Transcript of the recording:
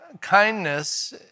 Kindness